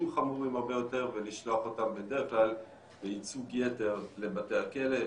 חמורים הרבה יותר ולשלוח אותם בדרך כלל בייצוג יתר לבתי הכלא.